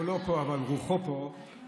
הוא לא פה אבל רוחו פה שורה.